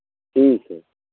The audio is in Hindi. ठीक है